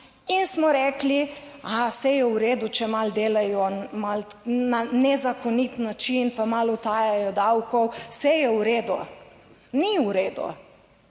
in smo rekli, ah, saj je v redu, če malo delajo, malo na nezakonit način, pa malo utaja davkov, saj je v redu. Ni v redu.